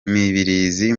mibirizi